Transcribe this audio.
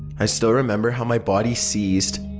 i still remember how my body seized.